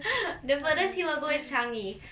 the furthest he will go is changi